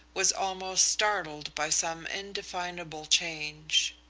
was almost startled by some indefinable change.